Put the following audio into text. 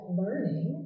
learning